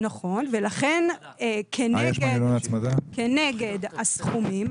נכון ולכן כנגד הסכומים,